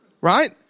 Right